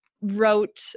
wrote